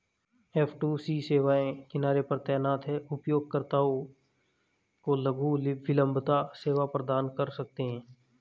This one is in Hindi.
एफ.टू.सी सेवाएं किनारे पर तैनात हैं, उपयोगकर्ताओं को लघु विलंबता सेवा प्रदान कर सकते हैं